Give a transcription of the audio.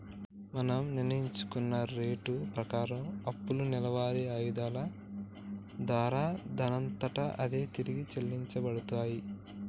మనం నిర్ణయించుకున్న రేటు ప్రకారం అప్పులు నెలవారి ఆయిధాల దారా దానంతట అదే తిరిగి చెల్లించబడతాయి